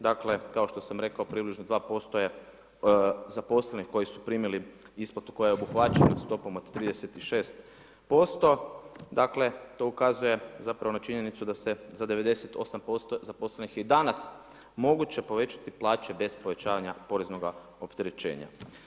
Dakle, kao što sam rekao približno 2% je zaposlenih koji su primili isplatu koja je obuhvaćena stopom od 36%, dakle, to ukazuje, zapravo, na činjenicu da se za 98% zaposlenih i danas moguće povećati plaće bez povećavanja poreznoga opterećenja.